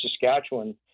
Saskatchewan